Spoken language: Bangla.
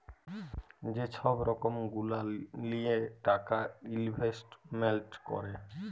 যে ছব রকম গুলা লিঁয়ে টাকা ইলভেস্টমেল্ট ক্যরে